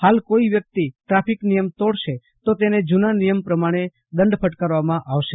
હાલ કોઈ વ્યકિત ટ્રાફિક્સ નિયમ તોડશે તો તેને જૂના નિયમ પ્રમાણે દંડ ફટકારવામાં આવશે